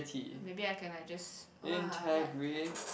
maybe I can like just !wah! what